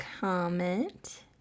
comment